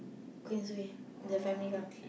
Queensway the family car